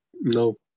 No